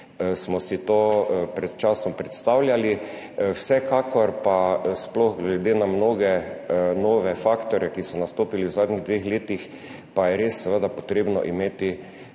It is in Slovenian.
smo si to pred časom predstavljali. Vsekakor pa, sploh glede na mnoge nove faktorje, ki so nastopili v zadnjih dveh letih, je res treba imeti na